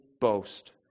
boast